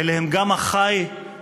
אלה הם גם החי והצומח,